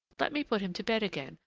let me put him to bed again,